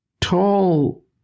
tall